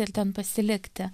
ir ten pasilikti